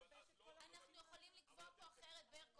אבל זה ישבש את כל --- אנחנו יכולים לקבוע פה אחרת ברקו.